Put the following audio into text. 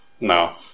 no